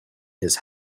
his